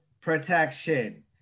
protection